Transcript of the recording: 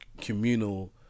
communal